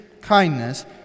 kindness